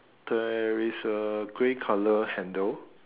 there is a grey colour handle